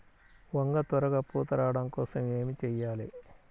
వంగ త్వరగా పూత రావడం కోసం ఏమి చెయ్యాలి?